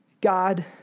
God